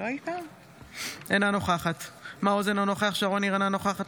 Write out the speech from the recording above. אינה נוכחת יונתן מישרקי,